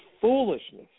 foolishness